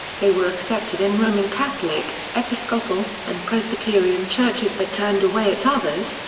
they were accepted in roman catholic, episcopal, and presbyterian churches but turned away at others,